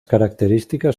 características